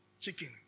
chicken